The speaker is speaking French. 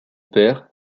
père